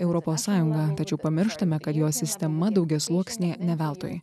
europos sąjungą tačiau pamirštame kad jos sistema daugiasluoksnė ne veltui